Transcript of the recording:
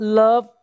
love